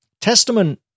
Testament